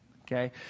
Okay